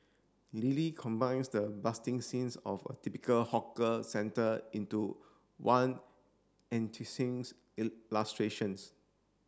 Lily combines the busting scenes of a typical hawker centre into one